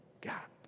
gap